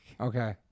Okay